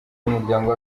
y’umuryango